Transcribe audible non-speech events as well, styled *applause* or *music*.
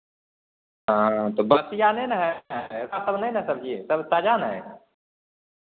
हँ तऽ बसिया नहि ने हए *unintelligible* सभ ताजा ने हए